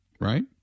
right